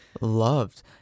Loved